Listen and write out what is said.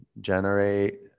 generate